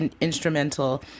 instrumental